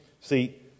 See